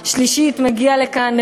השלישית מגיע לכאן,